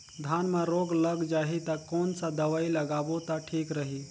धान म रोग लग जाही ता कोन सा दवाई लगाबो ता ठीक रही?